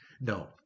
No